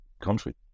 country